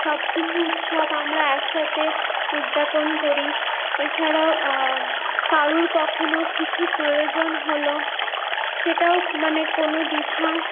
সবকিছু উৎসব আমরা একসাথে উদযাপন করি এছাড়াও কারুর কখনও কিছু প্রয়োজন হল সেটাও মানে কোনও দ্বিধা